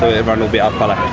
everyone will be out but